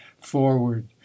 forward